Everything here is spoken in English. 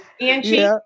Angie